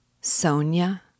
Sonia